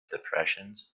depressions